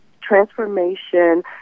transformation